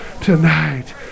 tonight